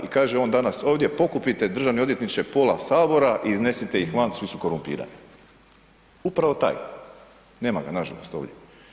I kaže on danas ovdje, pokupite državni odvjetniče pola Sabora i iznesite ih van, svi su korumpirani, upravo taj, nema ga nažalost ovdje.